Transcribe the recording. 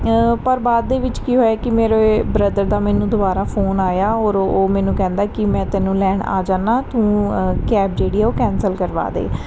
ਪਰ ਬਾਅਦ ਦੇ ਵਿੱਚ ਕੀ ਹੋਇਆ ਕਿ ਮੇਰੇ ਬ੍ਰਦਰ ਦਾ ਮੈਨੂੰ ਦੁਬਾਰਾ ਫੋਨ ਆਇਆ ਔਰ ਉਹ ਮੈਨੂੰ ਕਹਿੰਦਾ ਕਿ ਮੈਂ ਤੈਨੂੰ ਲੈਣ ਆ ਜਾਂਦਾ ਤੂੰ ਕੈਬ ਜਿਹੜੀ ਹੈ ਉਹ ਕੈਂਸਲ ਕਰਵਾ ਦੇ